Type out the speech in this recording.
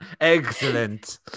excellent